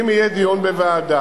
אם יהיה דיון בוועדה,